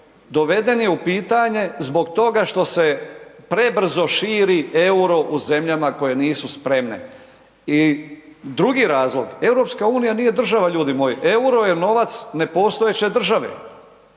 doveden je u pitanje zbog toga što se prebrzo širi EUR-o u zemljama koje nisu spremne i drugi razlog EU nije država ljudi moji. EUR-o je novac nepostojeće države.